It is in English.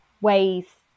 ways